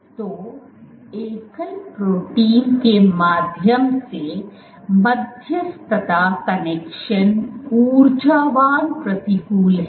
तो एकल प्रोटीन के माध्यम से मध्यस्थता कनेक्शन ऊर्जावान प्रतिकूल है